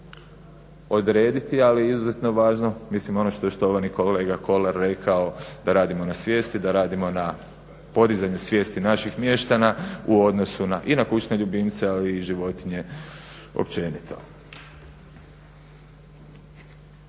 odrediti. Ali izuzetno je važno, mislim ono što je štovani kolega Kolar rekao da radimo na svijesti, da radimo na podizanju svijesti naših mještana u odnosu i na kućne ljubimce ali i životinje općenito.